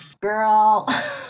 Girl